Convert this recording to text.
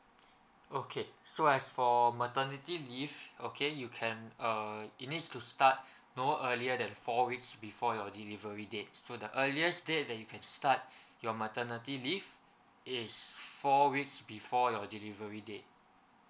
okay so as for maternity leave okay you can uh you need to start no earlier than four weeks before your delivery date so the earliest date that you can start your maternity leave is four weeks before your delivery date